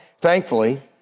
thankfully